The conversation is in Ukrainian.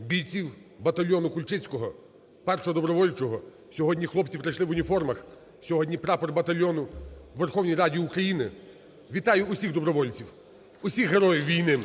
бійців батальйону Кульчицького, 1-го добровольчого. Сьогодні хлопці прийшли в уніформах, сьогодні прапор батальйону у Верховній Раді України. Вітаю усіх добровольців, усіх героїв війни!